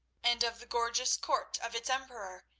and of the gorgeous court of its emperor,